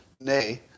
Nay